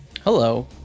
Hello